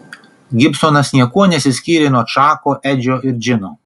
gibsonas niekuo nesiskyrė nuo čako edžio ir džino